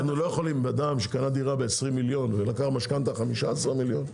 אדם שקנה דירה ב-20 מיליון ולקח משכנתא 15 מיליון,